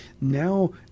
Now